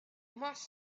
must